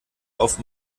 auf